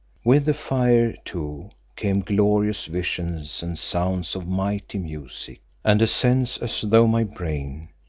with the fire too came glorious visions and sounds of mighty music, and a sense as though my brain,